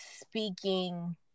speaking